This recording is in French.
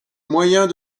moyens